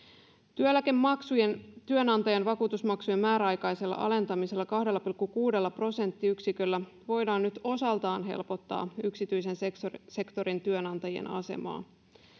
työeläkemaksujen työnantajan vakuutusmaksujen määräaikaisella alentamisella kahdella pilkku kuudella prosenttiyksiköllä voidaan nyt osaltaan helpottaa yksityisen sektorin sektorin työnantajien asemaa